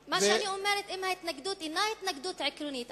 אבל מה שאני אומרת: אם ההתנגדות אינה התנגדות עקרונית,